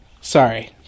Sorry